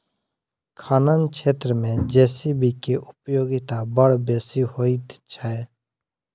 खनन क्षेत्र मे जे.सी.बी के उपयोगिता बड़ बेसी होइत छै